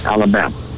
Alabama